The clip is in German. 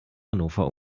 hannover